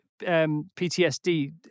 PTSD